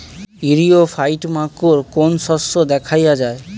ইরিও ফাইট মাকোর কোন শস্য দেখাইয়া যায়?